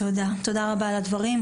תודה רבה על הדברים.